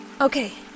Okay